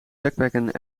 backpacken